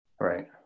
Right